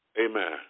Amen